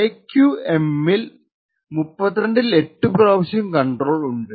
A ക്കു എം ഇൽ 32 ൽ 8 പ്രാവശ്യം കണ്ട്രോൾ ഉണ്ട്